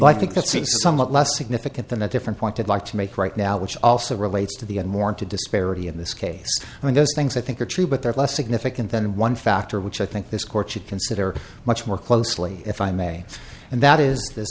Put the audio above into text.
like think that's somewhat less significant than a different point i'd like to make right now which also relates to the more to disparity in this case i mean those things i think are true but they're less significant than one factor which i think this court should consider much more closely if i may and that is th